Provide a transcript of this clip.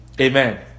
Amen